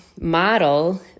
model